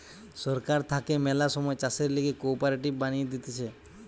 সরকার থাকে ম্যালা সময় চাষের লিগে কোঅপারেটিভ বানিয়ে দিতেছে